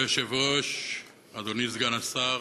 כבוד היושב-ראש, אדוני סגן השר,